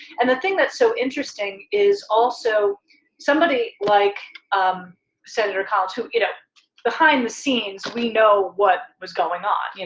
and the thing that's so interesting is also somebody like um senator collins, who you know behind the scenes we know what was going on, you know